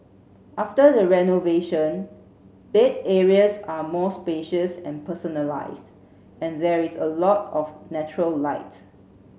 after the renovation bed areas are more spacious and personalised and there is a lot of natural light